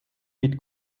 mit